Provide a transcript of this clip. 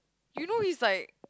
you know he's like